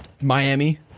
Miami